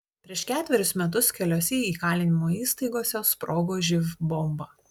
prieš ketverius metus keliose įkalinimo įstaigose sprogo živ bomba